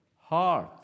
heart